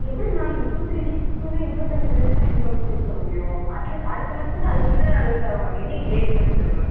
எப்படி ma'am two three வீக்ஸ்குள்ளே இருபத்தஞ்சி ட்ரெஸ்ஸை எப்படி மேம் ஸ்டிச் பண்ண முடியும் அட்லீஸ்ட் அடுத்த மன்த்துனா அதுக்கு முந்தின நாள் வந்து தரோம் மேம் என்னைக்கு டேட்டுனு மட்டும் சொல்லுங்கள் மேம்